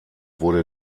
wurde